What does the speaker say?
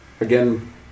Again